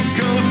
go